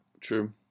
true